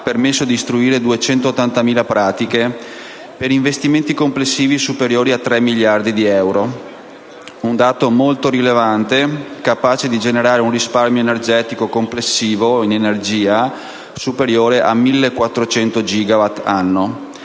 permesso di istruire 280.000 pratiche per investimenti complessivi superiori a 3 miliardi di euro. È un dato molto rilevante, capace di generare un risparmio energetico complessivo in energia superiore a 1.400 gigawatt/anno,